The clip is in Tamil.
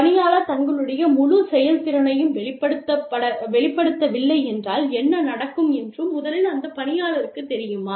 பணியாளர் தங்களுடைய முழு செயல் திறனையும் வெளிப்படுத்தவில்லை என்றால் என்ன நடக்கும் என்று முதலில் அந்த பணியாளருக்குத் தெரியுமா